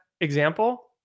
example